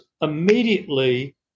immediately